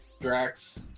Drax